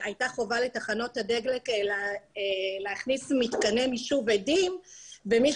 הייתה חובה לתחנות הדלק להכניס מתקני מישוב אדים ומי